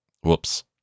whoops